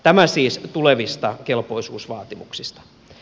tämä siis tulevista kelpoisuusvaatimuksista